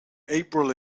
april